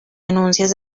denuncias